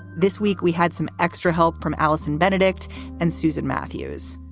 this week, we had some extra help from allison benedikt and susan matthews.